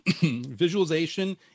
visualization